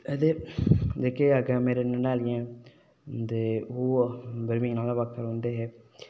ते जेह्के अग्गै मेरे ननेहालियै न ते ओह् हे बमीन आह्लैं पाखैं रौंह्दे हे